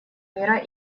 мира